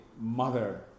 mother